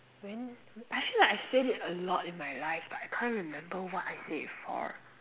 when I feel like I said it a lot in my life but I can't remember what I said before